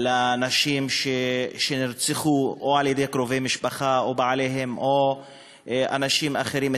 של נשים שנרצחו או על-ידי קרובי משפחה או על-ידי בעליהן או אנשים אחרים.